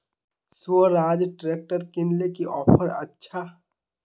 Swaraj tractor किनले की offer अच्छा?